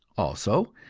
also,